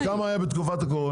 אז כמה היה בתקופת הקורונה?